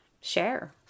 share